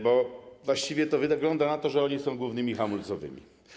Bo właściwie wygląda na to, że to oni są głównymi hamulcowymi.